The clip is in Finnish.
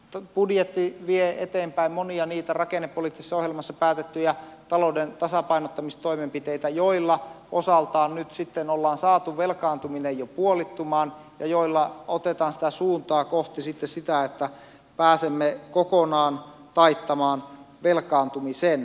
tämä budjetti vie eteenpäin monia niitä rakennepoliittisessa ohjelmassa päätettyjä talouden tasapainottamistoimenpiteitä joilla osaltaan nyt ollaan saatu velkaantuminen jo puolittumaan ja joilla otetaan suuntaa kohti sitä että pääsemme kokonaan taittamaan velkaantumisen